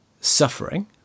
suffering